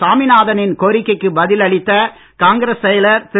சாமிநாத னின் கோரிக்கைக்கு பதில் அளித்த காங்கிரஸ் செயலர் திரு